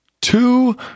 two